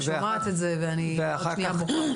אני פשוט שומעת את זה ואני עוד שנייה בוכה.